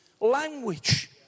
language